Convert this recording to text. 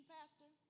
Pastor